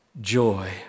joy